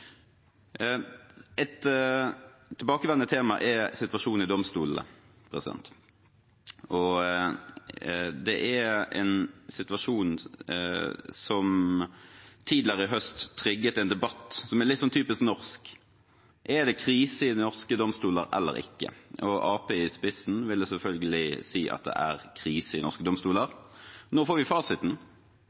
Et tilbakevendende tema er situasjonen i domstolene. Det er en situasjon som tidligere i høst trigget en debatt som er litt typisk norsk: Er det krise i de norske domstolene eller ikke? Arbeiderpartiet vil selvfølgelig gå i spissen og si at det er krise i norske domstoler. Nå får vi fasiten,